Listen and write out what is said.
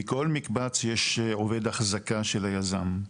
בכל מקבץ יש עובד אחזקה של היזם,